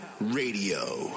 radio